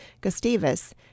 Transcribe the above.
Gustavus